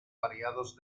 variados